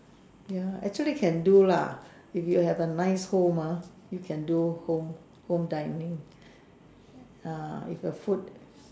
ya actually can do lah if you have a nice home ah you can do home home dining uh if the food